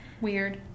Weird